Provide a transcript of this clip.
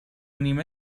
نیمه